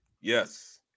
yes